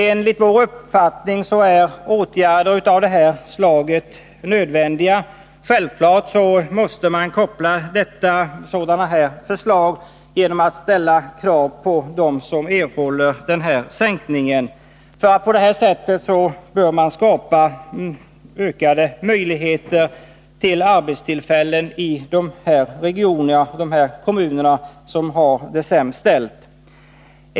Enligt vår uppfattning är åtgärder av det här slaget nödvändiga. Självfallet måste man koppla sådana här förslag till krav på dem som erhåller en sänkning. På det här sättet bör det bli ökade möjligheter att skapa nya arbetstillfällen i de kommuner som har det sämst ställt.